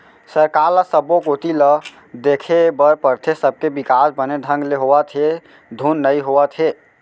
सरकार ल सब्बो कोती ल देखे बर परथे, सबके बिकास बने ढंग ले होवत हे धुन नई होवत हे